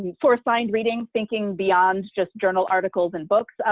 ah for assigned reading, thinking beyond just journal articles and books,